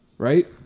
Right